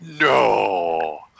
No